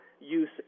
use